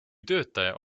töötaja